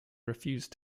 refused